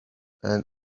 and